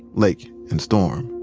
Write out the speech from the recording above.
lake, and storm.